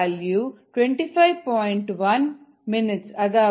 520 7